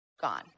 gone